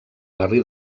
barri